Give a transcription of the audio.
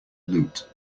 loot